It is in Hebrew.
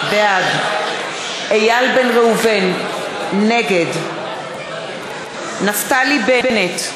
בעד איל בן ראובן, נגד נפתלי בנט,